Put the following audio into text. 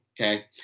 okay